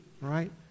right